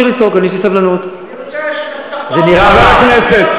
נהנה לצעוק על דבר שאתה אפילו לא מתכוון אליו.